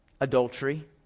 Adultery